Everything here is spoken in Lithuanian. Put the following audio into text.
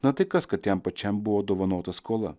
na tai kas kad jam pačiam buvo dovanota skola